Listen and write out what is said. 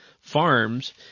farms